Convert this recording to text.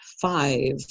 five